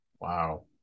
Wow